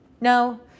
no